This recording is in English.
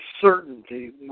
certainty